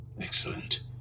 Excellent